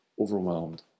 overwhelmed